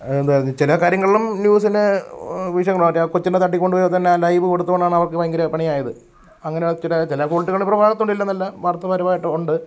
അതെന്തായിരുന്നു ചില കാര്യങ്ങളിലും ന്യൂസിനെ വിഷയങ്ങൾ മാറ്റാം കൊച്ചിനെ തട്ടിക്കൊണ്ട് പോയാൽത്തന്നെ ലൈവ് കൊടുത്തതുകൊണ്ടാണ് അവര്ക്ക് ഭയങ്കര പണി ആയത് അങ്ങനെ ചില ചില ക്വാളിറ്റികൾ ഇവരുടെ ഭാഗത്തുമുണ്ട് ഇല്ലെന്നല്ല വാര്ത്താപരമായിട്ട് ഉണ്ട്